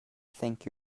think